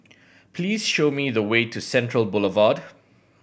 please show me the way to Central Boulevard